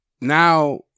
now